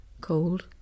cold